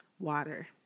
Water